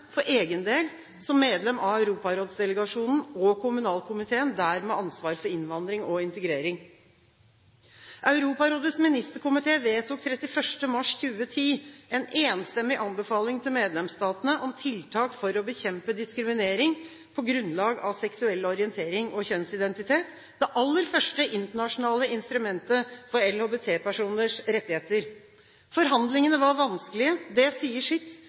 for egen del som medlem av Europarådsdelegasjonen og kommunalkomiteen, der med ansvar for innvandring og integrering. Europarådets ministerkomité vedtok 31. mars 2010 en enstemmig anbefaling til medlemsstatene om tiltak for å bekjempe diskriminering på grunnlag av seksuell orientering og kjønnsidentitet, det aller første internasjonale instrumentet for LHBT-personers rettigheter. Forhandlingene var vanskelige – det sier sitt.